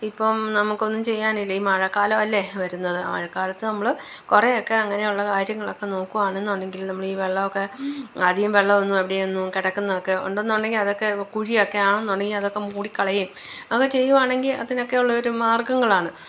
ഇപ്പം നമുക്ക് ഒന്നും ചെയ്യാനില്ല ഈ മഴക്കാലവല്ലേ വരുന്നത് ആ മഴക്കാലത്ത് നമ്മള് കുറെയൊക്കെ അങ്ങനെയുള്ള കാര്യങ്ങളൊക്കെ നോക്കുവാണെന്നുണ്ടെങ്കില് നമ്മൾ ഈ വെള്ളവൊക്കെ ആധികം വെള്ളവൊന്നും അവിടെയൊന്നും കിടക്കുന്നതൊക്കെ ഉണ്ടെന്നുണ്ടെങ്കിൽ അതൊക്കെ വ് കുഴിയൊക്കെ ആണെന്നുണ്ടെങ്കിൽ അതൊക്കെ മൂടിക്കളയുകയും ഒക്കെ ചെയ്യുവാണെങ്കിൽ അതിനൊക്കെ ഉള്ളൊരു മാര്ഗങ്ങളാണ്